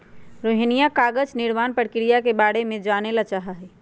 रोहिणीया कागज निर्माण प्रक्रिया के बारे में जाने ला चाहा हई